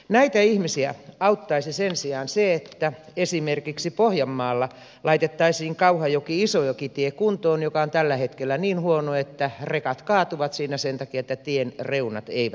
näitä ihmisiä auttaisi sen sijaan se että esimerkiksi pohjanmaalla laitettaisiin kauhajokiisojoki tie kuntoon joka on tällä hetkellä niin huono että rekat kaatuvat siinä sen takia että tien reunat eivät pidä